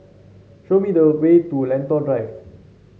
show me the way to Lentor Drive